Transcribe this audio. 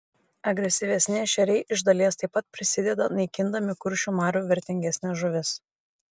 agresyvesni ešeriai iš dalies taip pat prisideda naikindami kuršių marių vertingesnes žuvis